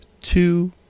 two